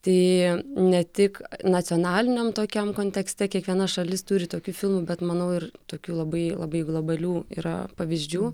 tai ne tik nacionaliniam tokiam kontekste kiekviena šalis turi tokių filmų bet manau ir tokių labai labai globalių yra pavyzdžių